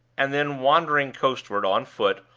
and then wandering coastward, on foot,